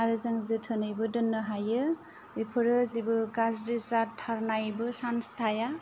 आरो जों जोथोनैबो दोननो हायो बेफोरो जेबो गाज्रि जाथारनायबो चान्स थाया